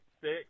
six